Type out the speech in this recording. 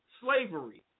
slavery